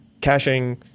caching